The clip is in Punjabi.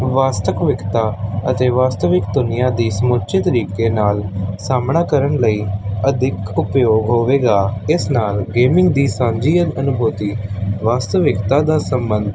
ਵਾਸਤਵਿਕਤਾ ਅਤੇ ਵਸਤਵਿਕ ਦੁਨੀਆਂ ਦੀ ਸਮੁੱਚੇ ਤਰੀਕੇ ਨਾਲ ਸਾਹਮਣਾ ਕਰਨ ਲਈ ਅਧਿਕ ਉਪਯੋਗ ਹੋਵੇਗਾ ਇਸ ਨਾਲ ਗੇਮਿੰਗ ਦੀ ਸਾਂਝੀ ਅਨੁਭੂਤੀ ਵਾਸਤਵਿਕਤਾ ਦਾ ਸੰਬੰਧ